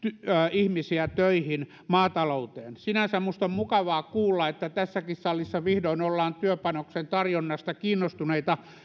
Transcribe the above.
ihmisiä töihin maatalouteen sinänsä minusta on mukavaa kuulla että tässäkin salissa vihdoin ollaan työpanoksen tarjonnasta kiinnostuneita